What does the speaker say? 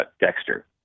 Dexter